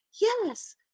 Yes